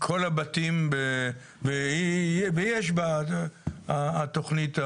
ויש בה התכנית הדרושה.